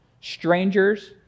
Strangers